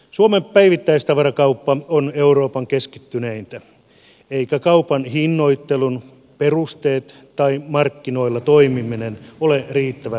suomen päivittäistavarakauppa on euroopan keskittyneintä eivätkä kaupan hinnoittelun perusteet tai markkinoilla toimiminen ole riittävän läpinäkyviä